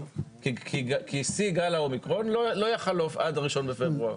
כי שיא גל האומיקרון לא יחלוף עד ה-1 בפברואר.